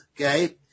okay